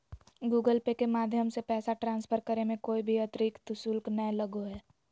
Google Pay के माध्यम से पैसा ट्रांसफर करे मे कोय भी अतरिक्त शुल्क नय लगो हय